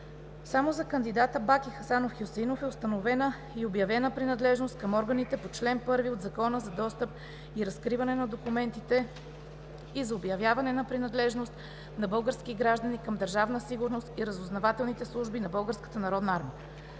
Само за кандидата Баки Хасан Хюсеинов е установена и обявена принадлежност към органите по чл. 1 от Закона за достъп и разкриване на документите и за обявяване на принадлежност на български граждани към Държавна сигурност и Разузнавателните служби на